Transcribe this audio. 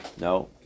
No